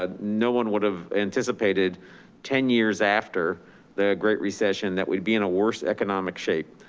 ah no one would have anticipated ten years after the great recession, that we'd be in a worse economic shape.